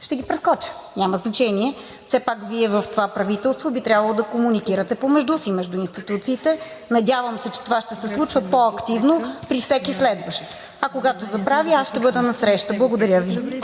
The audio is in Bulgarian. ще ги прескоча, няма значение. Все пак Вие в това правителство би трябвало да комуникирате помежду си, между институциите. Надявам се, че това ще се случва по-активно при всеки следващ, а когато забрави, аз ще бъда насреща. Благодаря Ви.